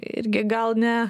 irgi gal ne